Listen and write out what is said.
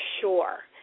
sure